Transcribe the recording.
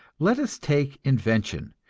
let us take invention.